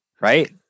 Right